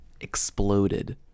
exploded